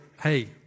Hey